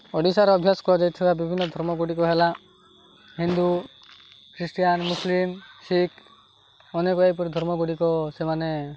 ଓଡ଼ିଶାର ଅଭ୍ୟାସ କରାଯାଇଥିବା ବିଭିନ୍ନ ଧର୍ମ ଗୁଡ଼ିକ ହେଲା ହିନ୍ଦୁ ଖ୍ରୀଷ୍ଟିଆନ ମୁସଲିମ ଶିଖ ଅନେକ ଏପରି ଧର୍ମ ଗୁଡ଼ିକ ସେମାନେ